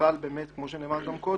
חל באמת, כמו שנאמר גם קודם,